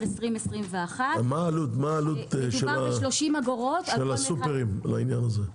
21'. מה העלות של הסופרים בעניין הזה?